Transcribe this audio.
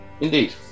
Indeed